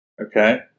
Okay